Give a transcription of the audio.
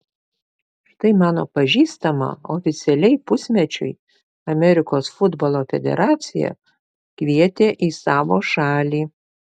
štai mano pažįstamą oficialiai pusmečiui amerikos futbolo federacija kvietė į savo šalį